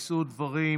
יישאו דברים,